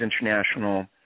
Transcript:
international